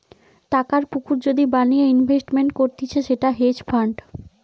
টাকার পুকুর যদি বানিয়ে ইনভেস্টমেন্ট করতিছে সেটা হেজ ফান্ড